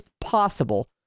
possible